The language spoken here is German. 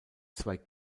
zwei